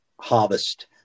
harvest